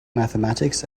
mathematics